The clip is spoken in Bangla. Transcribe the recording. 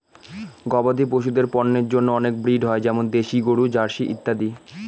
গবাদি পশুদের পন্যের জন্য অনেক ব্রিড হয় যেমন দেশি গরু, জার্সি ইত্যাদি